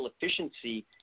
efficiency